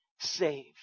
save